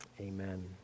Amen